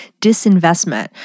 disinvestment